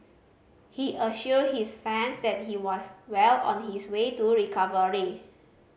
he assured his fans that he was well on his way to recovery